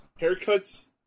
haircuts